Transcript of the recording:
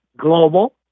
global